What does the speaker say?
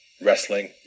wrestling